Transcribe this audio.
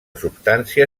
substància